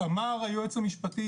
אמר היועץ המשפטי,